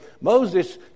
Moses